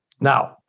Now